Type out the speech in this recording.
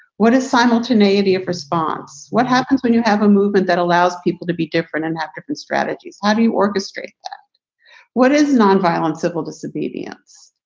what is simultaneity of response? what happens when you have a movement that allows people to be different and have different strategies? how do you orchestrate yeah what is nonviolent civil disobedience?